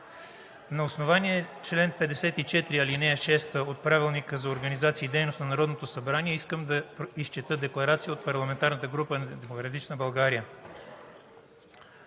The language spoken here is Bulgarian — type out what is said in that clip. На основание чл. 54, ал. 6 от Правилника за организацията и дейността на Народното събрание искам да изчета декларация от парламентарната група на „Демократична България“.